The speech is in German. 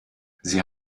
sie